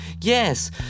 Yes